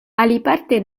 aliparte